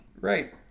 Right